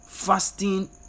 Fasting